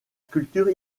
culture